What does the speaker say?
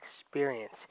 experience